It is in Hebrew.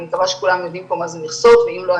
אני מקווה שכולם יודעים פה מה זה מכסות ואם לא,